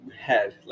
head